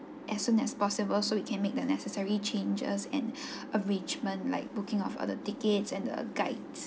as soon as possible so we can make the necessary changes and arrangement like booking of other tickets and the guides